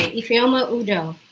ah ifeoma udoh.